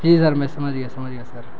جی sir میں سمجھ گیا سمجھ گیا سر